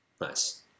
Nice